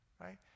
right